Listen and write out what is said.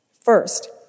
First